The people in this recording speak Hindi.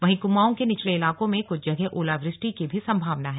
वहीं कुमाऊं के निचले इलाकों में कुछ जगह ओलावृष्टि की भी संभावना है